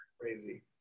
Crazy